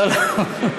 לא, לא.